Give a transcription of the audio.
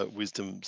wisdom